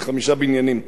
זה חמישה בניינים,